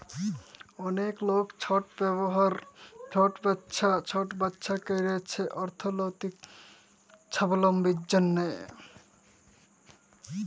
অলেক লক ছট ব্যবছা ক্যইরছে অথ্থলৈতিক ছাবলম্বীর জ্যনহে